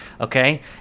Okay